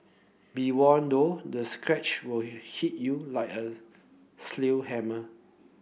be warned though the sketch will hit you like a sledgehammer